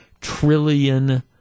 trillion